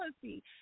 policy